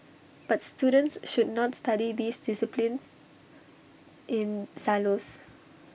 but students should not study these disciplines in silos